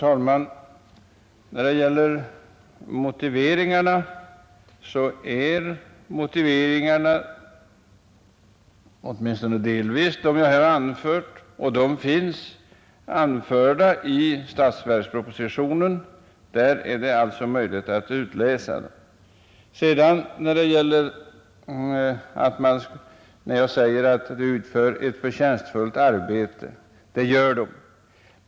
Herr talman! Motiveringarna är åtminstone delvis de jag här anfört, och de finns angivna i statsverkspropositionen. Där är det alltså möjligt att utläsa dem. Jag har sagt att de olika nykterhetsorganisationerna utför ett förtjänstfullt arbete, och det gör de.